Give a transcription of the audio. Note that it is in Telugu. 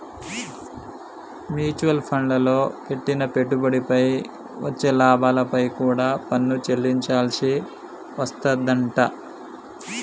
మ్యూచువల్ ఫండ్లల్లో పెట్టిన పెట్టుబడిపై వచ్చే లాభాలపై కూడా పన్ను చెల్లించాల్సి వస్తాదంట